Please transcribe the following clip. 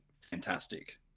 fantastic